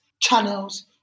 channels